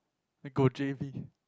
go j_b